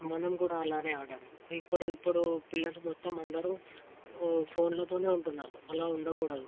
మనం కూడా అలానే ఆడాం ఇప్పుడు ఇప్పుడు పిల్లలు మొత్తం అందరూ ఫోన్లతోనే ఉంటున్నారు అలా ఉండకూడదు